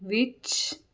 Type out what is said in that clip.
ਵਿੱਚ